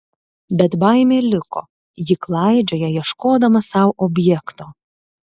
bet baimė liko ji klaidžioja ieškodama sau objekto